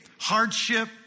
Hardship